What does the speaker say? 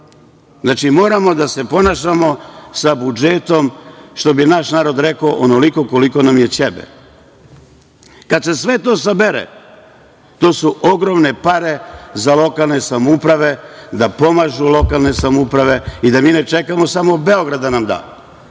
vodu. Znači, moramo da se ponašamo sa budžetom, što bi naš narod rekao – onoliko koliko nam je ćebe. Kad se sve to sabere, to su ogromne pare za lokalne samouprave, da pomažu lokalne samouprave i da mi ne čekamo samo Beograd da nam da.